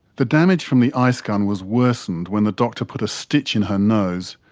the damage from the ice gun was worsened when the doctor put a stitch in her nose,